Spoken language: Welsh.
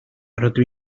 rydw